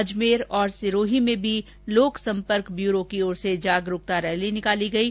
अजमेर और सिरोही में भी लोक सम्पर्क ब्यूरो की ओर से जागरूकता रैली निकाली गयी